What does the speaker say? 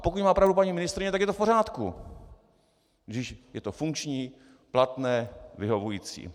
Pokud má pravdu paní ministryně, tak je to v pořádku, když je to funkční, platné, vyhovující.